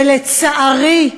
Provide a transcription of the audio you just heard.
ולצערי,